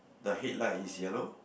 the headlight is yellow